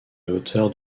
l’auteur